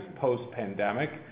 post-pandemic